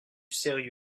sérieux